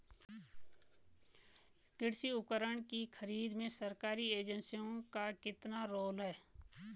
कृषि उपकरण की खरीद में सरकारी एजेंसियों का कितना रोल है?